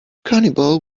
cannibal